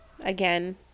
again